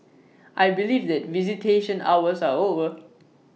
I believe that visitation hours are over